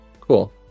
cool